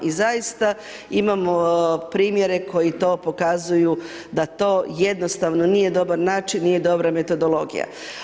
I zaista imamo primjere koji to pokazuju da to jednostavno nije dobar način, nije dobra metodologija.